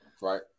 Right